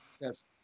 yes